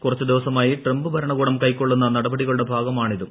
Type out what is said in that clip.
കുറച്ചുദിവസമായി Trump ഭരണകൂടം കൈക്കൊള്ളുന്ന നടപടികളുടെ ഭാഗമാണിതും